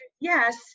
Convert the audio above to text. yes